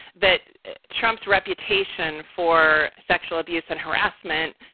that trump's reputation for sexual abuse and harassment,